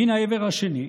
מן העבר השני,